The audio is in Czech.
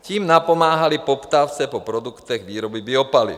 Tím napomáhali poptávce po produktech výroby biopaliv.